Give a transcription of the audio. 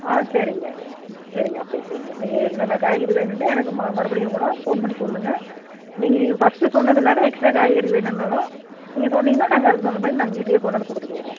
ஆ சரிங்க ம் சரிங்க அப்படியே செய்ங்க நீங்கள் என்னென்ன காய்கறி வேணுன்டு எனக்கு ம மறுபடியும் கூட ஃபோன் பண்ணி சொல்லுங்கள் நீங்கள் இது ஃபர்ஸ்ட்டு சொன்னது இல்லாத எக்ஸ்ட்ரா காய்கறி வேணுன்னாலும் நீங்கள் சொன்னிங்கன்னா நாங்கள் அதுக்கு தகுந்த மாதிரி நாங்கள் வீட்டுக்கே கொண்டாந்து கொடுத்துட்டு வரோம்